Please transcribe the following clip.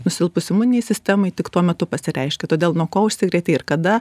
nusilpus imuninei sistemai tik tuo metu pasireiškia todėl nuo ko užsikrėtei ir kada